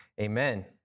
amen